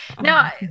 Now